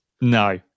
no